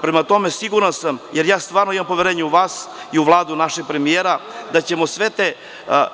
Prema tome, siguran sam, jer ja stvarno imam poverenje u vas, i u Vladu našeg premijera, da ćemo sve te